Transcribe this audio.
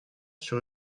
sur